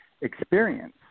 experience